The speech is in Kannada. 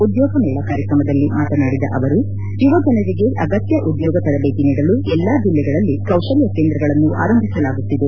ಉದ್ಯೋಗ ಮೇಳ ಕಾರ್ಯಕ್ರಮದಲ್ಲಿ ಮಾತನಾಡಿದ ಅವರು ಯುವ ಜನರಿಗೆ ಅಗತ್ತ ಉದ್ಯೋಗ ತರಬೇತಿ ನೀಡಲು ಎಲ್ಲಾ ಜಿಲ್ಲೆಗಳಲ್ಲಿ ಕೌಶಲ್ತ ಕೇಂದ್ರಗಳನ್ನು ಆರಂಭಿಸಲಾಗುತ್ತಿದ್ದೆ